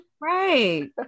Right